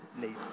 need